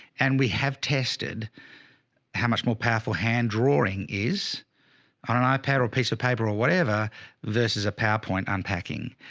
and we have tested how much more powerful hand drawing is on an ipad or a piece of paper or whatever versus a powerpoint unpacking.